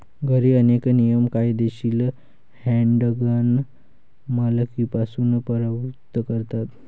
घरी, अनेक नियम कायदेशीर हँडगन मालकीपासून परावृत्त करतात